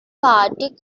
party